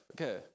Okay